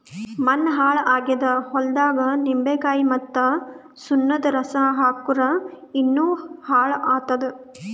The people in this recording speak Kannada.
ಮಣ್ಣ ಹಾಳ್ ಆಗಿದ್ ಹೊಲ್ದಾಗ್ ನಿಂಬಿಕಾಯಿ ಮತ್ತ್ ಸುಣ್ಣದ್ ರಸಾ ಹಾಕ್ಕುರ್ ಇನ್ನಾ ಹಾಳ್ ಆತ್ತದ್